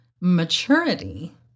maturity